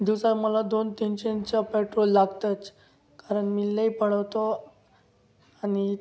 दिवसा मला दोन तीनशेचं पेट्रोल लागतंच कारण मी लई पळवतो आणि